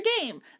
game